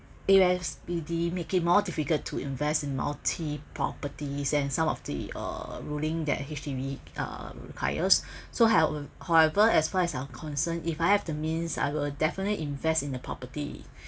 A_S_B_D make it more difficult to invest in multi properties and some of the uh ruling that H_D_B um requires so howe~ however as far as I'm concerned if I have the means I will definitely invest in the property